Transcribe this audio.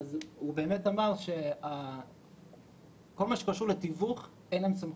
הוא אמר שכל מה שקשור לתיווך אין להם סמכות.